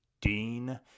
Dean